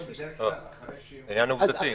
זה עניין עובדתי.